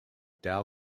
dow